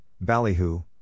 ballyhoo